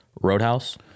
Roadhouse